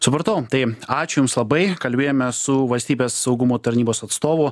supratau tai ačiū jums labai kalbėjome su valstybės saugumo tarnybos atstovu